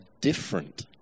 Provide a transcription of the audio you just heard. different